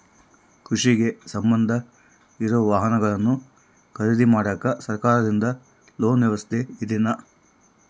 ಕೃಷಿಗೆ ಸಂಬಂಧ ಇರೊ ವಾಹನಗಳನ್ನು ಖರೇದಿ ಮಾಡಾಕ ಸರಕಾರದಿಂದ ಲೋನ್ ವ್ಯವಸ್ಥೆ ಇದೆನಾ?